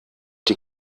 die